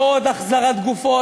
לא עוד החזרת גופות.